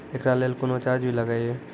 एकरा लेल कुनो चार्ज भी लागैये?